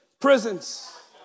prisons